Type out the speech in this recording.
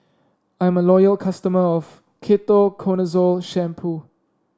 I'm a loyal customer of Ketoconazole Shampoo